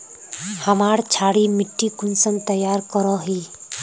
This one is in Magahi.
हमार क्षारी मिट्टी कुंसम तैयार करोही?